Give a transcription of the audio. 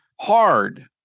hard